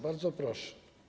Bardzo proszę.